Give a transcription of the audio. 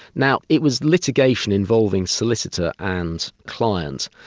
now it was litigation involving solicitor and client,